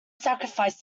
sacrifice